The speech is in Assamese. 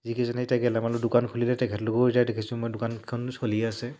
যিকেইজনে এতিয়া গেলামালৰ দোকান খুলিলে তেখেতলোকেও এতিয়া দেখিছোঁ মই দোকানকেইখন চলিয়ে আছে